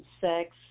sex